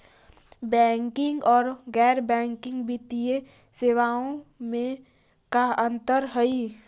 Banking और गैर banking वित्तीय सेवाओं में का अंतर हइ?